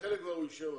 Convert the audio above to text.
התחלנו בישיבה